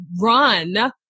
run